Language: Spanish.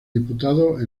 diputados